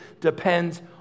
depends